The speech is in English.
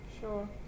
sure